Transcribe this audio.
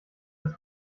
des